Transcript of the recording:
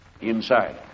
inside